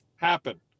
happen